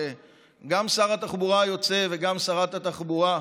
שגם שר התחבורה היוצא וגם שרת התחבורה,